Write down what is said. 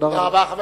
תודה רבה.